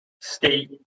state